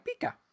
Pika